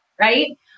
Right